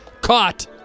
caught